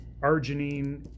arginine